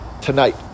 tonight